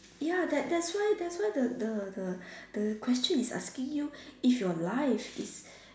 ya that's that's why that's why the the the the question is asking you if your life is